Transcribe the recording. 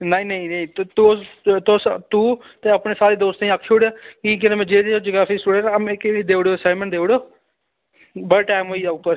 नेईं नेईं नेईं तु तुस तुस तू ते अपने सारे दोस्तें गी आक्खी उड़ कि जेह्ड़े जेह्ड़े जगराफी दे स्टूडेंट न मिकी बी देई ओड़ो असाइनमैंट देइड़ो बड़ा टाइम होई दा उप्पर